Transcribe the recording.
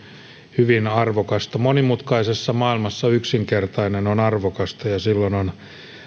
hyvin arvokasta monimutkaisessa maailmassa yksinkertainen on arvokasta ja silloin on